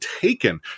taken